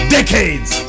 Decades